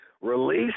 Release